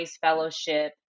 fellowship